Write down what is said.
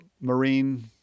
Marine